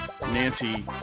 Nancy